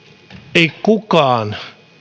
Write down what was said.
ei kukaan